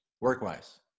work-wise